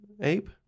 ape